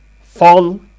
fall